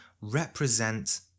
represent